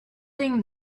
thing